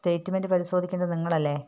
statement പരിശോധിക്കേണ്ടത് നിങ്ങളല്ലേ